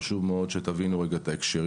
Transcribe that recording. חשוב מאוד שתבינו את ההקשרים.